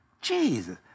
Jesus